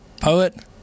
poet